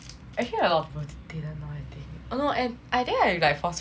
actually a lot of people didn't know I think oh no and I think I like forcefully